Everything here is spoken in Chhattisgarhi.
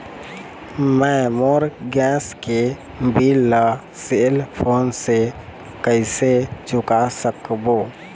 मैं मोर गैस के बिल ला सेल फोन से कइसे चुका सकबो?